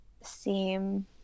seem